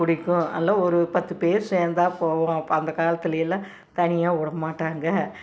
பிடிக்கும் அதில் ஒரு பத்து பேர் சேர்ந்தா போவோம் அப்போ அந்த காலத்திலயெல்லாம் தனியாக விட மாட்டாங்க